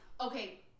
Okay